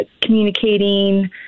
communicating